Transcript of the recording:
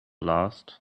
last